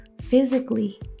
physically